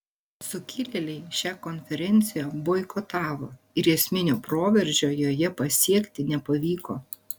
sukilėliai šią konferenciją boikotavo ir esminio proveržio joje pasiekti nepavyko